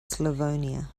slavonia